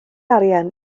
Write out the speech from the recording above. arian